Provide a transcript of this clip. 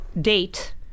date